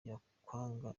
yakwanga